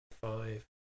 five